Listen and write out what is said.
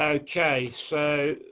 okay. so,